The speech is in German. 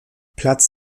platz